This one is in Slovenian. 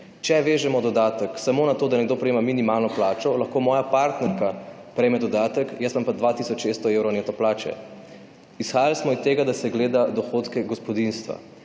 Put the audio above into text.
Če vežemo dodatek samo na to, da nekdo prejema minimalno plačo, lahko moja partnerka prejme dodatek, jaz imam pa 2 tisoč 600 evrov neto plače. Izhajali smo iz tega, da se gleda dohodke gospodinjstva.